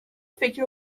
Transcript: فکر